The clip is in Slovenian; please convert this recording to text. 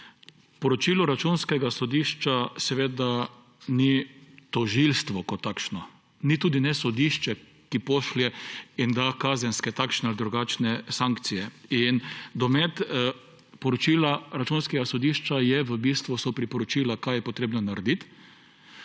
Poročilo Računskega sodišča seveda ni tožilstvo kot takšno. Ni tudi ne sodišče, ki pošlje in da kazenske, takšne ali drugačne, sankcije. Domet poročila Računskega sodišča so v bistvu priporočila, kaj je potrebno narediti.